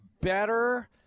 Better